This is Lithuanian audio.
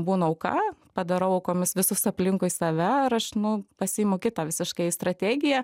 būnu auka padarau aukomis visus aplinkui save ar aš nu pasiimu kitą visiškai strategiją